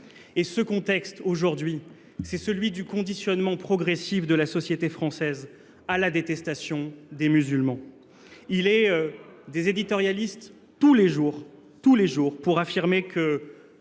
Et ce contexte aujourd'hui, c'est celui du conditionnement progressif de la société française à la détestation des musulmans. Il est des éditorialistes tous les jours, tous les jours, pour affirmer que